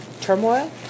turmoil